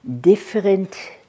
different